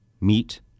meat